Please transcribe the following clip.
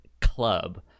club